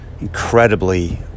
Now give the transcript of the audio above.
incredibly